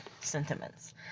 sentiments